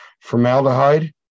formaldehyde